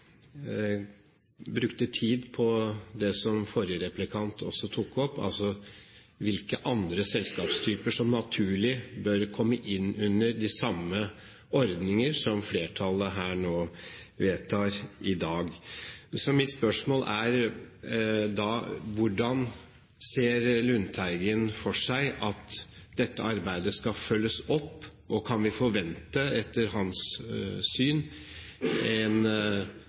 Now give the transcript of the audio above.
brukte Lundteigen tid på det som forrige replikant også tok opp, altså hvilke andre selskapstyper som naturlig bør komme inn under de samme ordninger som flertallet her nå vedtar i dag. Mitt spørsmål er da: Hvordan ser Lundteigen for seg at dette arbeidet skal følges opp, og kan vi etter hans syn